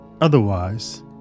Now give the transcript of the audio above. Otherwise